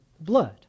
blood